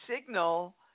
signal